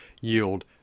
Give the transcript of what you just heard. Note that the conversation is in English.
yield